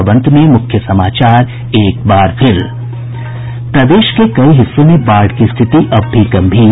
और अब अंत में मुख्य समाचार एक बार फिर प्रदेश के कई हिस्सों में बाढ़ की स्थिति अब भी गंभीर